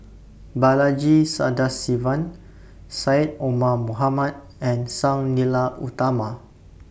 Balaji Sadasivan Syed Omar Mohamed and Sang Nila Utama